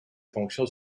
fonctions